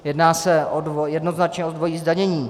Jedná se jednoznačně o dvojí zdanění.